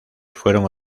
fueron